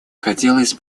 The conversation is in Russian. хотелось